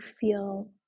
feel